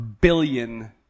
billion